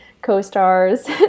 co-stars